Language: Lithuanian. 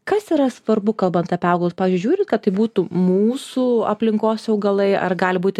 kas yra svarbu kalbant apie augalus pavyzdžiui žiūrit kad tai būtų mūsų aplinkos augalai ar gali būti